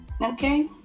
okay